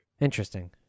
Interesting